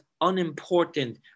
unimportant